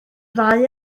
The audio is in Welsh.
ddau